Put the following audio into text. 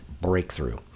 Breakthrough